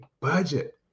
budget